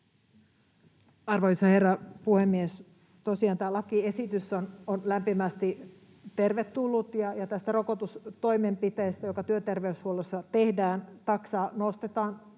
Arvoisa herra puhemies! Tosiaan tämä lakiesitys on lämpimästi tervetullut. Taksa tästä rokotustoimenpiteestä, joka työterveyshuollossa tehdään, nostetaan